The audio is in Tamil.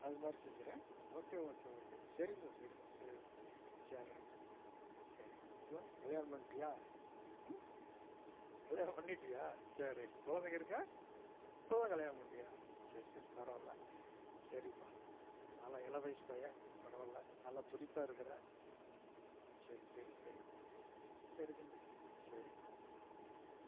அது மாதிரி செஞ்சிடு ஓகே ஓகே ஓகே சேரிங்க் சரி தம்பி சரி தம்பி சேரி ரைட் சரி அப்புறம் கல்யாணம் பண்ணிட்டியா கல்யாணம் பண்ணிட்டியா சேரி ரைட் குழந்தைங்க இருக்கா இப்போ தான் கல்யாணம் பண்ணியா சரி சரி பரவாயில்ல சரிப்பா நல்லா இள வயசு பையன் பரவாயில்ல நல்லா துடிப்பாக இருக்கிற சரி சரி சரி சரி தம்பி சரி